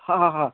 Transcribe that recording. हा हा हा